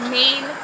main